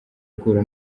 guhura